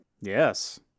Yes